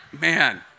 man